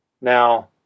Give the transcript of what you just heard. Now